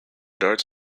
darts